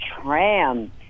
tram